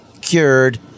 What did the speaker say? cured